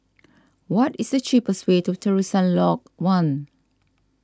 what is the cheapest way to Terusan Lodge one